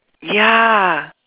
ya